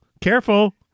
careful